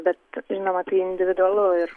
bet žinoma tai individualu ir